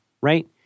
right